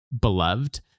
beloved